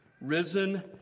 risen